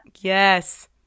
Yes